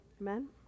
Amen